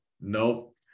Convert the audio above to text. nope